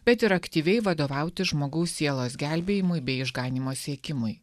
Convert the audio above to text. bet ir aktyviai vadovauti žmogaus sielos gelbėjimui bei išganymo siekimui